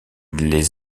les